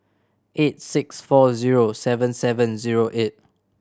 eight six four zero seven seven zero eight